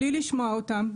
בלי לשמוע אותם,